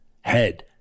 head